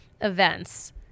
events